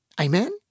amen